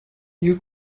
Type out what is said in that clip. you